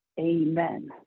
amen